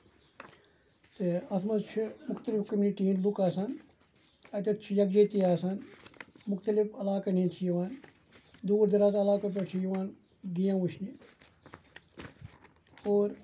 تہٕ اَتھ منٛز چھِ مختلِف کٔمٹی ہِندۍ لُکھ آسان اَتیتھ چھِ یَکجہتی آسان مختعلِف علاقن ہِندۍ چھِ یِوان دوٗر دَرازٕ علاقو پٮ۪ٹھ چھِ یِوان گیم وُچھنہِ